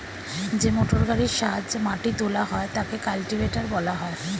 যে মোটরগাড়ির সাহায্যে মাটি তোলা হয় তাকে কাল্টিভেটর বলা হয়